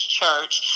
church